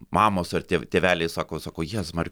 mamos ar tė tėveliai sako sako jezus marij